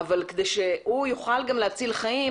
אבל כדי שהוא יכול להציל חיים,